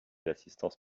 l’assistante